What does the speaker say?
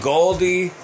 Goldie